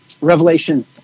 Revelation